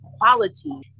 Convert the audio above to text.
quality